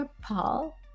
Paul